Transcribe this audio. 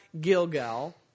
Gilgal